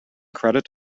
credit